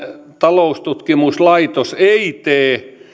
taloustutkimuslaitos ei tee